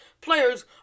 players